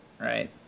right